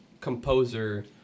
composer